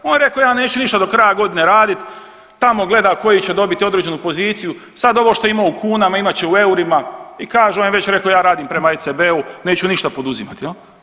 On je rekao ja neću više do kraja godine radit, tamo gleda koji će dobiti određenu poziciju, sad ovo što ima u kunama, imat će u eurima i kaže on je već rekao ja radim prema ECB-u, neću ništa poduzimati jel.